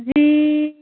जि